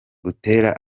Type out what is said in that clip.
butera